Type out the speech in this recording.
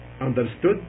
understood